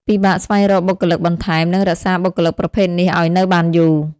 ពិបាកស្វែងរកបុគ្គលិកបន្ថែម និងរក្សាបុគ្គលិកប្រភេទនេះអោយនៅបានយូរ ។